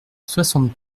soixante